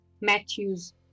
Matthew's